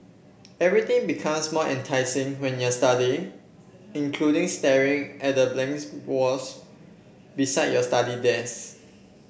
everything becomes more enticing when you're studying including staring at the blank walls beside your study desk